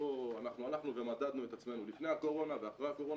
אנחנו הלכנו ומדדנו את עצמנו לפני הקורונה ואחרי הקורונה.